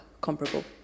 comparable